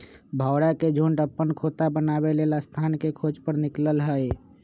भौरा के झुण्ड अप्पन खोता बनाबे लेल स्थान के खोज पर निकलल हइ